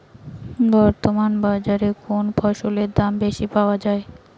বর্তমান বাজারে কোন ফসলের দাম বেশি পাওয়া য়ায়?